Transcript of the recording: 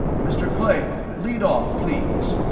mr. klayle, lead off, please.